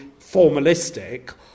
formalistic